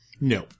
No